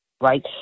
Right